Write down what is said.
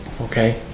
Okay